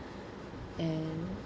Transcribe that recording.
and